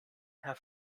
herr